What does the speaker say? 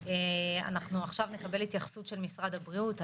אנחנו עכשיו נקבל התייחסות של משרד הבריאות.